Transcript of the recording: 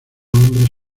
hombres